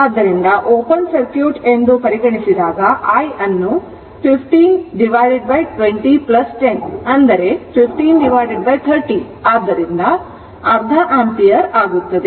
ಆದ್ದರಿಂದ open circuit ಎಂದು ಪರಿಗಣಿಸಿದಾಗ i ಅನ್ನು 15 20 10 ಅಂದರೆ 15 30 ಆದ್ದರಿಂದ ಅರ್ಧ ಆಂಪಿಯರ್ ಆಗುತ್ತದೆ